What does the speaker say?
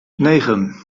negen